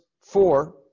four